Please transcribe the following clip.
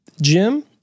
jim